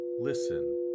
listen